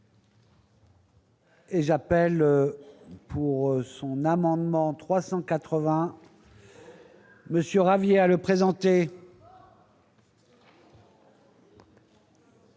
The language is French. Et j'appelle pour son amendement 380. Monsieur à le présenter.